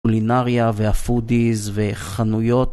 קולינריה והפודיז וחנויות